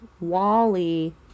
Wally